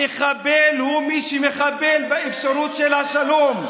אתם נפגשים, המחבל הוא מי שמחבל באפשרות של השלום,